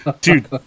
Dude